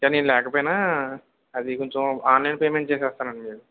అంటే నేను లేకపోయినా అది కొంచెం ఆన్లైన్ పేమెంట్ చేస్తాను అండి